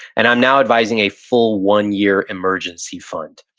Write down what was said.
and i'm now advising a full one-year emergency fund.